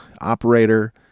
operator